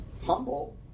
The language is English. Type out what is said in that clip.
humble